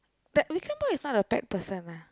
Vikram boy is not a pet person ah